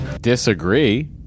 Disagree